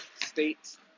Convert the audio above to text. States